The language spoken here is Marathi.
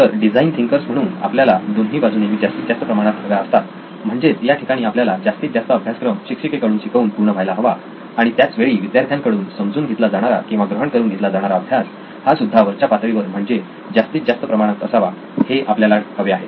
तर डिझाईन थिंकर्स म्हणून आपल्याला दोन्ही बाजू नेहमी जास्तीत जास्त प्रमाणात हव्या असतात म्हणजेच या ठिकाणी आपल्याला जास्तीत जास्त अभ्यासक्रम शिक्षिकेकडून शिकवून पूर्ण व्हायला हवा आणि त्याच वेळी विद्यार्थ्यांकडून समजून घेतला जाणारा किंवा ग्रहण करून घेतला जाणारा अभ्यास हा सुद्धा वरच्या पातळीवर म्हणजे जास्तीत जास्त प्रमाणात असावा हे आपल्याला हवे आहे